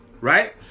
Right